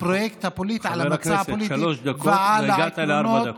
חבר הכנסת, שלוש דקות, והגעת לארבע דקות.